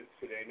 today